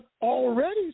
already